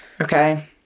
Okay